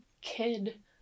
kid